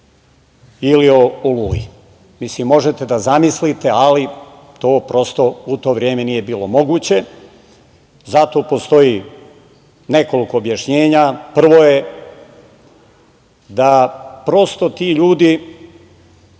ili o „Oluji“. Mislim, možete da zamislite, ali to prosto u to vreme nije bilo moguće.Za to postoji nekoliko objašnjenja. Prvo je da prosto ti ljudi